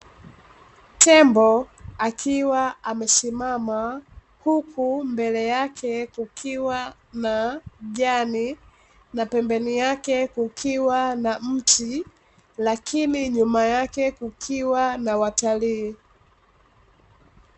Tembo akiwa amesimama, huku mbele yake kukiwa na jani na pembeni yake kukiwa na mti lakini nyuma yake kukiwa na watalii.